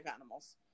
animals